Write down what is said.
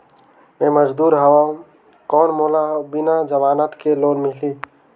मे मजदूर हवं कौन मोला बिना जमानत के लोन मिलही?